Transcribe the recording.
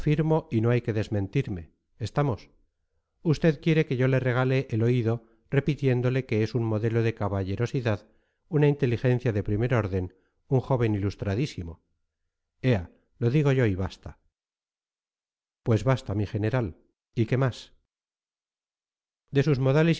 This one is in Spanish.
y no hay que desmentirme estamos usted quiere que yo le regale el oído repitiéndole que es un modelo de caballerosidad una inteligencia de primer orden un joven ilustradísimo ea lo digo yo y basta pues basta mi general y qué más de sus modales